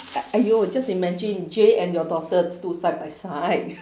!aiyo! just imagine Jay and your daughter stood side by side